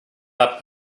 las